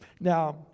Now